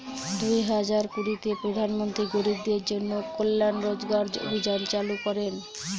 দুই হাজার কুড়িতে প্রধান মন্ত্রী গরিবদের জন্য কল্যান রোজগার অভিযান চালু করেন